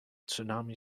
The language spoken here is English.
tsunami